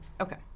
Okay